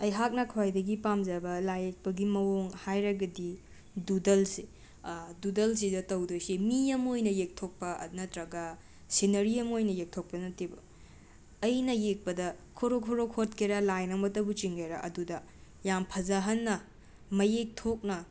ꯑꯩꯍꯥꯛꯅ ꯈ꯭ꯋꯥꯏꯗꯒꯤ ꯄꯥꯝꯖꯕ ꯂꯥꯏ ꯌꯦꯛꯄꯒꯤ ꯃꯥꯑꯣꯡ ꯍꯥꯏꯔꯒꯗꯤ ꯗꯨꯗꯜ ꯁꯦ ꯗꯨꯗꯜꯁꯤꯗ ꯇꯧꯗꯣꯏꯁꯦ ꯃꯤ ꯑꯃ ꯑꯣꯏꯅ ꯌꯦꯛꯊꯣꯛꯄ ꯅꯠꯇ꯭ꯔꯒ ꯁꯤꯟꯅꯔꯤ ꯑꯃ ꯑꯣꯏꯅ ꯌꯦꯛꯊꯣꯛꯄ ꯅꯠꯇꯕ ꯑꯩꯅ ꯌꯦꯛꯄꯗ ꯈꯣꯔꯣ ꯈꯣꯔꯣ ꯈꯣꯠꯀꯦꯔ ꯂꯥꯏꯟ ꯑꯃꯇꯕꯨ ꯆꯤꯡꯒꯦꯔ ꯑꯗꯨꯗ ꯌꯥꯝꯅ ꯐꯖꯍꯟꯅ ꯃꯌꯦꯛ ꯊꯣꯛꯅ